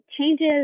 changes